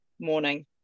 Morning